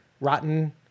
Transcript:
rotten